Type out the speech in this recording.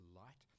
light